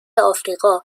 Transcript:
آفریقا